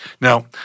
Now